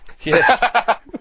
Yes